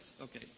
Okay